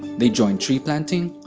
they joined tree planting,